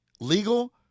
legal